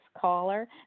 caller